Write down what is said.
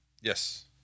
Yes